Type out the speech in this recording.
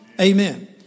Amen